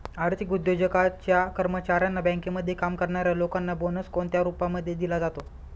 आर्थिक उद्योगाच्या कर्मचाऱ्यांना, बँकेमध्ये काम करणाऱ्या लोकांना बोनस कोणत्या रूपामध्ये दिला जातो?